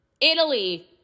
Italy